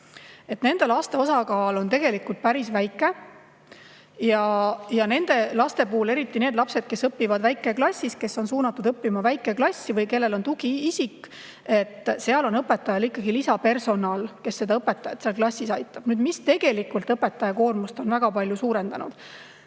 Nende laste osakaal on tegelikult päris väike. Ja nende laste puhul, eriti nende puhul, kes õpivad väikeklassis, kes on suunatud õppima väikeklassi või kellel on tugiisik, on õpetajal ikkagi kõrval lisapersonal, kes teda klassis aitab. Mis tegelikult õpetaja koormust on väga palju suurendanud?